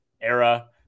era –